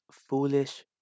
foolish